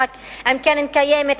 עם קרן קיימת,